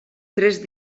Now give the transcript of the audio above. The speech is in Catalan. tres